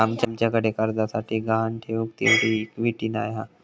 आमच्याकडे कर्जासाठी गहाण ठेऊक तेवढी इक्विटी नाय हा